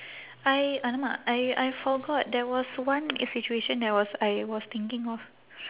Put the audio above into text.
I !alamak! I I forgot there was one situation I was I was thinking of